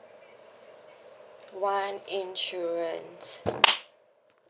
one insurance